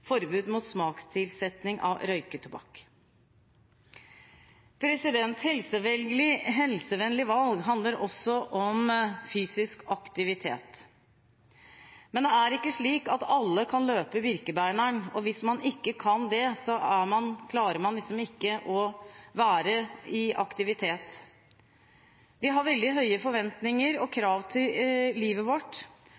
forbud mot smakstilsetning i røyketobakk. Helsevennlige valg handler også om fysisk aktivitet. Men det er ikke slik at alle kan løpe Birkebeineren, og at hvis man ikke kan det, klarer man liksom ikke å være i aktivitet. Vi har veldig høye forventninger og krav til livet vårt,